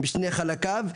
בשני חלקים.